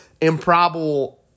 improbable